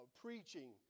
preaching